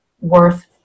worth